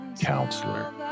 counselor